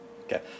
Okay